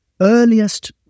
earliest